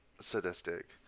sadistic